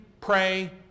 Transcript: pray